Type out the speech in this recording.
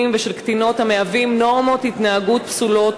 ושל קטינות המהווים נורמות התנהגות פסולות,